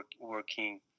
working